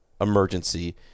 emergency